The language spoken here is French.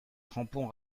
crampons